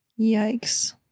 Yikes